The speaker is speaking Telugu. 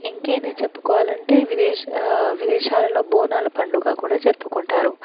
ఇంకేంది చెప్పుకోవాలి అంటే విదే విదేశాలలో బోనాల పండుగ కూడా జరుపుకుంటారు